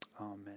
amen